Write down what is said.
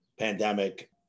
pandemic